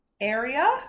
area